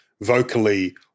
vocally